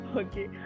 okay